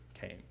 came